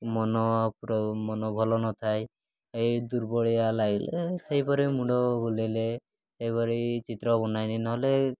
ମନ ମନ ଭଲ ନଥାଏ ଏଇ ଦୁର୍ବଳିଆ ଲାଗିଲେ ସେହିପରି ମୁଣ୍ଡ ବୁଲେଇଲେ ସେହିପରି ଚିତ୍ର ବନାଏନି ନହେଲେ